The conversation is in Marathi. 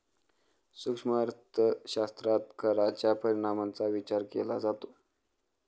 सूक्ष्म अर्थशास्त्रात कराच्या परिणामांचा विचार केला जातो